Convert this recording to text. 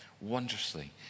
wondrously